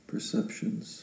Perceptions